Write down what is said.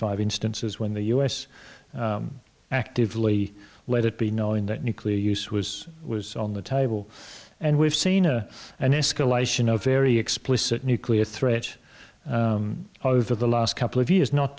five instances when the u s actively let it be known that nuclear use was was on the table and we've seen a an escalation of very explicit nuclear threat over the last couple of years not